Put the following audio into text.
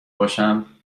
باشم